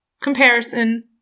comparison